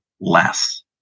less